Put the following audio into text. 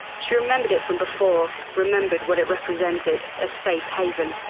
she remembered it from before, remembered what it represented, a safe haven.